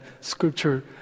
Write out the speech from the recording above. Scripture